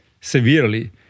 severely